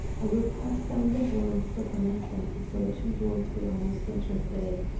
i will pass down the hall and stop an instant before the two doors we are most interested in.